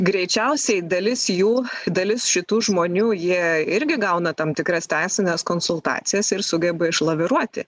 greičiausiai dalis jų dalis šitų žmonių jie irgi gauna tam tikras teisines konsultacijas ir sugeba išlaviruoti